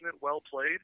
well-played